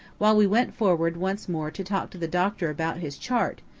while we went forward once more to talk to the doctor about his chart,